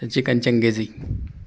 chicken changezi